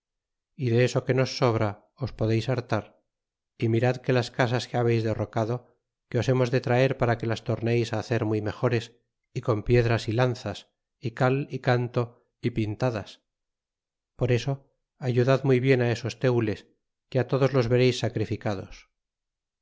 y de eso que nos sobra os podeis hartar y mirad que las casas que habeis derrocado que os hemos de traer para que las torneis hacer muy mejores y con piedras y lanzas y cal y canto y pintadas por eso ayudad muy bien esos tenles que todos los vereis sacrificados